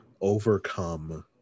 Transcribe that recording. overcome